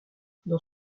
dans